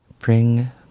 Bring